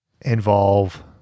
involve